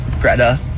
Greta